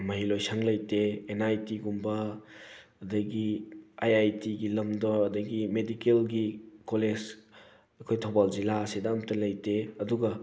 ꯃꯍꯩ ꯂꯣꯏꯁꯪ ꯂꯩꯇꯦ ꯑꯦꯟ ꯑꯥꯏ ꯇꯤꯒꯨꯝꯕ ꯑꯗꯒꯤ ꯑꯥꯏ ꯑꯥꯏ ꯇꯤꯒꯤ ꯂꯝꯗ ꯑꯗꯒꯤ ꯃꯦꯗꯤꯀꯦꯜꯒꯤ ꯀꯣꯂꯦꯖ ꯑꯩꯈꯣꯏ ꯊꯧꯕꯥꯜ ꯖꯤꯜꯂꯥ ꯑꯁꯤꯗ ꯑꯝꯇ ꯂꯩꯇꯦ ꯑꯗꯨꯒ